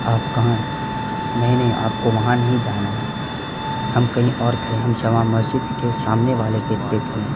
آپ کہاں ہیں نہیں نہیں آپ کو وہاں نہیں جانا ہے ہم کہیں اور کھڑے ہیں ہم جامع مسجد کے سامنے والے گیٹ پہ کھڑے ہیں